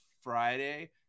Friday